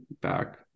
back